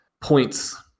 points